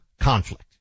conflict